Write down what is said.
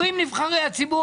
אומרים נבחרי הציבור,